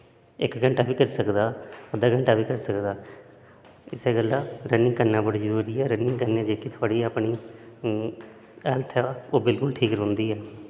इक घैंटा बी करी सकदा अद्धा घैंटा बी करी सकदा इस्सै गल्ला रनिंग करना बड़ा जरूरी ऐ रनिंग करने जेह्की अपनी थुआढ़ी हैल्थ ऐ ओह् बी बिलकुल ठीक रौंहदी ऐ